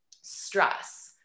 stress